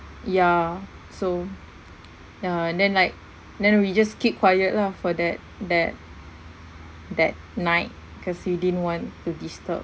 ya so ya and then like then we just keep quiet lah for that that that night because we didn't want to disturb